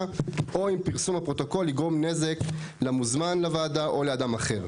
או אם פרסום הפרוטוקול יגרום נזק למוזמן לוועדה או לאדם אחר.